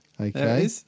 Okay